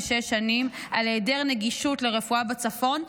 שש שנים על היעדר נגישות לרפואה בצפון,